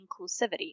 inclusivity